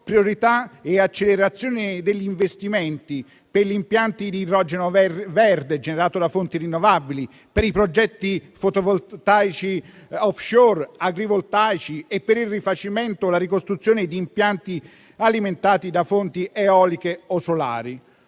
priorità e accelerazioni degli investimenti per gli impianti ad idrogeno verde, generato da fonti rinnovabili, per i progetti fotovoltaici *offshore* e agrivoltaici, per il rifacimento e la ricostruzione di impianti alimentati da fonti eoliche o solari.